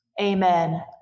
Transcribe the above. Amen